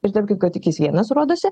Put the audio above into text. ir tarp kitko tik jis vienas rodosi